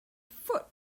foot